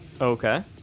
okay